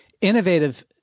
innovative